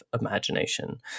imagination